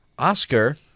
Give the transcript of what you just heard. Oscar